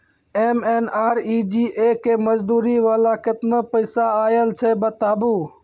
MNREGA के मज़दूरी वाला केतना पैसा आयल छै बताबू?